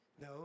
No